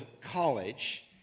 college